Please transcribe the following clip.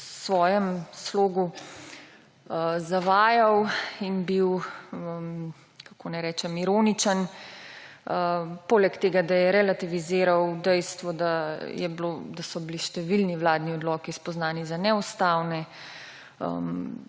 svojem slogu zavajal in bil, kako naj rečem, ironičen. Poleg tega da je relativiziral dejstvo, da so bili številni vladni odloki spoznani za neustavne,